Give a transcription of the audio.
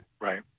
Right